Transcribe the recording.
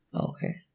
Okay